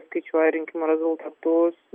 skaičiuoja rinkimų rezultatus